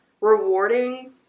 rewarding